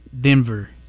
Denver